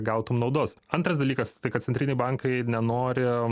gautum naudos antras dalykas tai kad centriniai bankai nenori